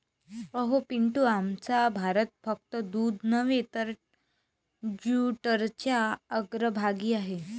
अहो पिंटू, आमचा भारत फक्त दूध नव्हे तर जूटच्या अग्रभागी आहे